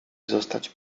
zostać